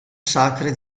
sacri